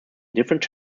different